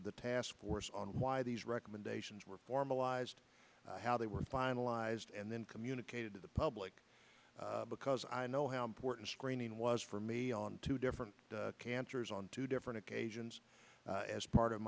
of the task force on why these recommendations were formalized how they were finalized and then communicated to the public because i know how important screening was for me on two different cancers on two different occasions as part of